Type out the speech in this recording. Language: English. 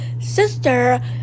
sister